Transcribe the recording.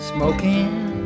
Smoking